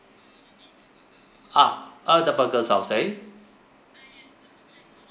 ah uh the burgers I'll say